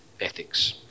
ethics